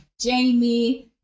Jamie